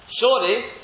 surely